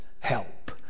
help